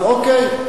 אז אוקיי,